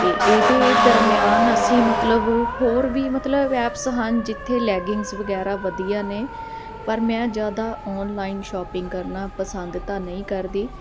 ਅਤੇ ਇਹਦੇ ਦਰਮਿਆਨ ਅਸੀਂ ਮਤਲਬ ਹੋਰ ਵੀ ਮਤਲਬ ਵੈਬਸ ਹਨ ਜਿੱਥੇ ਲੈਗਿੰਗਸ ਵਗੈਰਾ ਵਧੀਆ ਨੇ ਪਰ ਮੈਂ ਜ਼ਿਆਦਾ ਆਨਲਾਈਨ ਸ਼ੋਪਿੰਗ ਕਰਨਾ ਪਸੰਦ ਤਾਂ ਨਹੀਂ ਕਰਦੀ